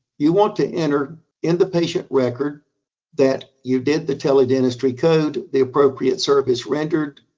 you want to enter in the patient record that you did the tele-dentistry code, the appropriate service rendered,